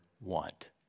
want